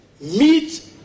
meet